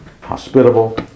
hospitable